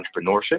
entrepreneurship